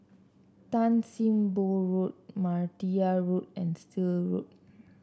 Tan Sim Boh Road Martia Road and Still Road